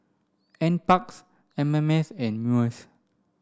N Parks M M S and MUIS